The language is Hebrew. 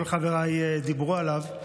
כל חבריי דיברו עליו.